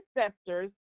ancestors